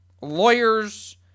Lawyers